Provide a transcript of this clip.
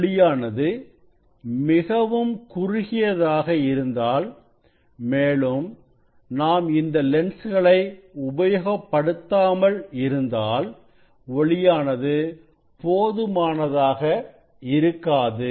ஒளியானது மிகவும் குறுகியதாக இருந்தால் மேலும் நாம் இந்த லென்ஸ்களை உபயோகப்படுத்தாமல் இருந்தால் ஒளியானது போதுமானதாக இருக்காது